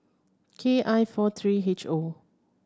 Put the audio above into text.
K I four three H O